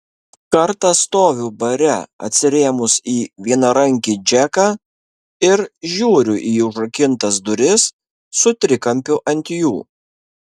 kartą stoviu bare atsirėmus į vienarankį džeką ir žiūriu į užrakintas duris su trikampiu ant jų